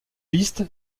liste